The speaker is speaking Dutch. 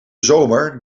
zomer